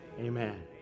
amen